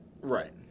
Right